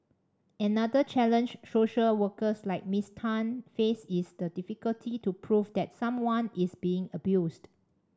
another challenge social workers like Miss Tan face is the difficulty to prove that someone is being abused